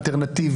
דבר, דבר,